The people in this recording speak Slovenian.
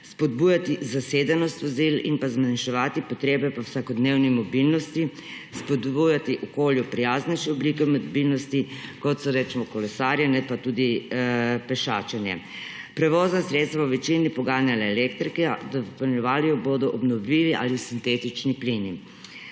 spodbujati zasedenost vozil in zmanjševati potrebe po vsakodnevni mobilnosti, spodbujati okolju prijaznejše oblike mobilnosti, kot so kolesarjenje pa tudi pešačenje. Prevozna sredstva bo v večini poganjala elektrika, dopolnjevali jo bodo obnovljivi ali sintetični plini.